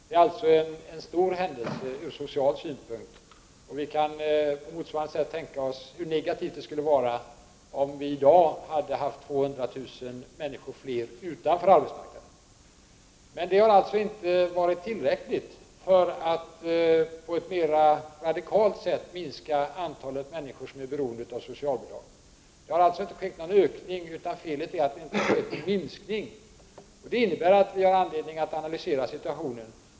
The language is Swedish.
Det är alltså en stor händelse ur social synpunkt. Vi kan tänka oss hur negativt det skulle vara om vi i dag hade haft 200 000 fler människor utanför arbetsmarknaden. Men detta har alltså inte varit tillräckligt för att på ett mer radikalt sätt minska antalet människor som är beroende av socialbidrag. Det har alltså inte skett någon ökning av detta antal, utan felet är att det inte har skett någon minskning. Det innebär att regeringen har anledning att analysera situationen.